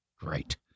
Great